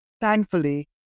Thankfully